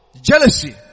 jealousy